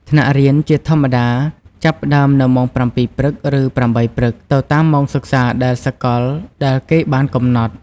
ថ្នាក់រៀនជាធម្មតាចាប់ផ្ដើមនៅម៉ោង ៧ ព្រឹក ឬ ៨ ព្រឹក ទៅតាមម៉ោងសិក្សាដែលសកលដែលគេបានកំណត់។